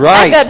Right